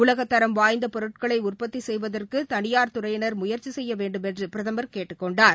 உலகத் தரம் வாய்ந்த பொருட்களை உற்பத்தி செய்வதற்கு தனியார் துறையினர் முயற்சி செய்ய வேண்டுமென்று பிரதமர் கேட்டுக் கொண்டார்